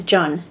John